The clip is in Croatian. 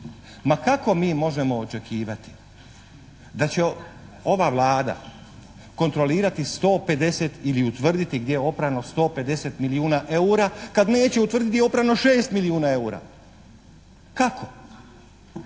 Ma kako mi možemo očekivati da će ova Vlada kontrolirati 150 ili utvrditi gdje je oprano 150 milijuna eura kad neće utvrditi gdje je oprano 6 milijuna eura. Kako?